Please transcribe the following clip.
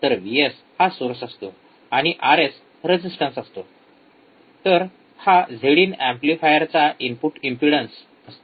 तर व्हीएस हा सोर्स असतो आणि आरएस रेजिस्टन्स असतो तर हा झेडइन एंपलीफायरचा इनपुट इम्पेडन्स असतो